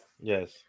Yes